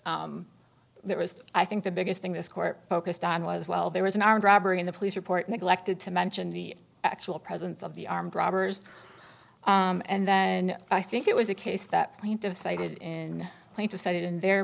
that was i think the biggest thing this court focused on was well there was an armed robbery in the police report neglected to mention the actual presence of the armed robbers and then i think it was a case that kind of faded in decided in their